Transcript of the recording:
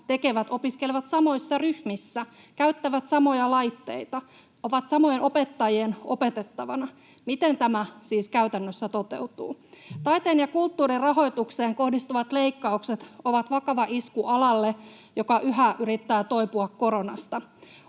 tekevät opiskelevat samoissa ryhmissä, käyttävät samoja laitteita ja ovat samojen opettajien opetettavana. Miten tämä siis käytännössä toteutuu? Taiteen ja kulttuurin rahoitukseen kohdistuvat leikkaukset ovat vakava isku alalle, joka yhä yrittää toipua koronasta.